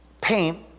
paint